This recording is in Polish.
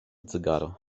cygaro